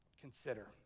consider